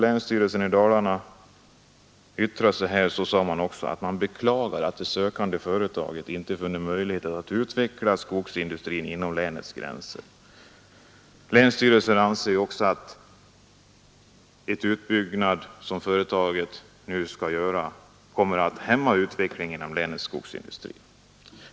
Länsstyrelsen i Kopparbergs län beklagar i sitt yttrande att det sökande företaget inte funnit möjlighet att utveckla skogsindustrin inom länets gränser. Länsstyrelsen anser också att den utbyggnad som företaget nu skall göra kommer att hämma utvecklingen inom länets skogsindustri.